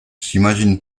s’imagine